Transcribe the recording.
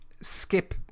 Skip